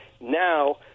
now